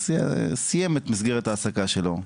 הוא סיים את מסגרת ההעסקה שלו,